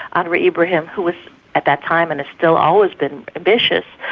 anwar ibrahim, who was at that time and has still always been ambitious,